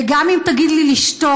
וגם אם תגיד לי לשתוק,